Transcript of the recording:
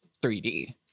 3d